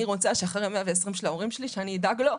אני רוצה שאחרי 120 של ההורים שלי, שאני אדאג לו,